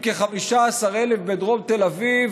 עם כ-15,000 בדרום תל אביב,